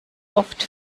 oft